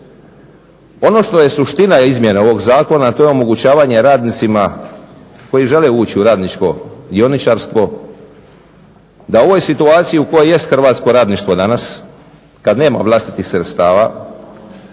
Ono što je suština izmjene ovog zakona to je omogućavanje radnicima koji žele ući u radničko dioničarstvo da u ovoj situaciji u kojoj jest hrvatsko radništvo danas kad nema vlastitih sredstava,